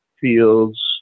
fields